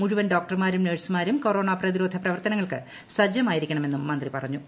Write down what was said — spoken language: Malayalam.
മുഴുവൻ ഡോക്ടർമാരും നേഴ്സുമാരും കൊറോണ പ്രതിരോധ പ്രവർത്തനങ്ങൾക്ക് സജ്ജമായിരിക്കണമെന്നും മന്ത്രി പറഞ്ഞു